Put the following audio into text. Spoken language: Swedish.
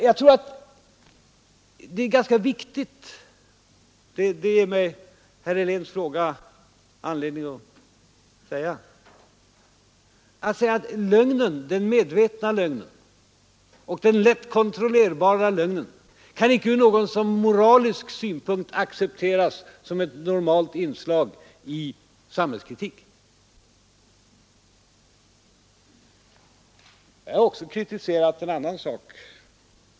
Jag tror att det är ganska viktigt att säga — det ger mig herr Heléns fråga anledning till — att lögnen, den medvetna lögnen, den lätt kontrollerbara lögnen, icke ur någon moralisk synpunkt kan accepteras som ett normalt inslag i samhällskritik. Jag har också kritiserat en annan sak.